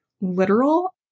literal